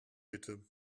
bitte